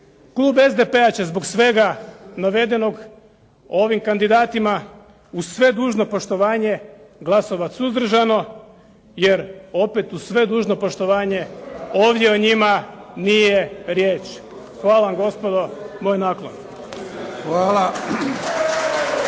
Klub SDP-a će zbog svega navedenog o ovim kandidatima, uz sve dužno poštovanje glasovati suzdržano, jer opet uz sve dužno poštovanje ovdje o njima nije riječ. Hvala vam gospodo. Moj naklon. /Pljesak.